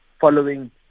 following